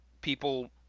people –